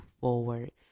forward